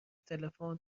تلفن